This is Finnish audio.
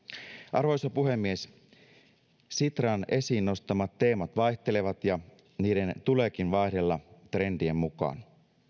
arvoisa puhemies sitran esiin nostamat teemat vaihtelevat ja niiden tuleekin vaihdella trendien mukaan